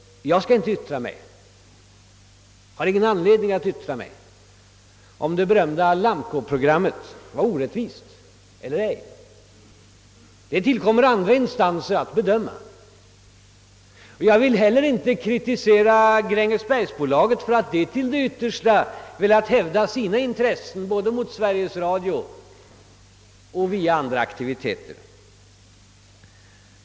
Jag har ingen anledning att yttra mig huruvida det berömda Lamco-programmet var orättvist eller ej. Det tillkommer andra instanser att bedöma detta. Jag vill heller inte kritisera Grängesbergsbolaget för att det till det yttersta velat hävda sina intressen både hos Sveriges Radio och via andra aktiviteter.